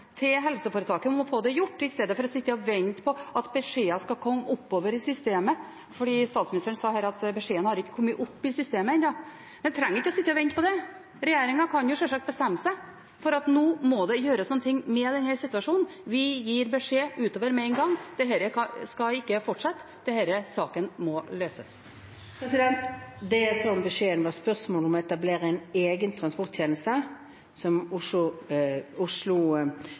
til helseforetakene om å få det gjort, istedenfor å sitte og vente på at beskjeder skal komme oppover i systemet? For statsministeren sa her at beskjeden har ikke kommet opp i systemet ennå. En trenger ikke å sitte og vente på det. Regjeringen kan sjølsagt bestemme seg for at nå må det gjøres noe med denne situasjonen: Vi gir beskjed utover med en gang, dette skal ikke fortsette, denne saken må løses. Det er sånn at beskjeden med spørsmål om å etablere en egen transporttjeneste, som Oslo